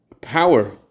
power